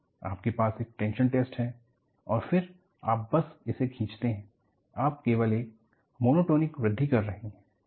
आपके पास एक टेंशन टेस्ट है और फिर आप बस इसे खींचते हैं आप केवल एक मोनोटोनिक वृद्धि कर रहे हैं